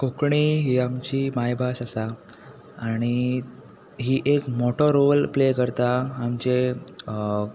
कोंकणी ही आमची मांयभास आसा आनी ही एक मोठो रोल प्ले करता आमचे